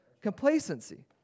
complacency